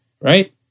Right